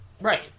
Right